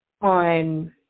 on